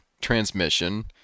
transmission